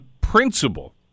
principle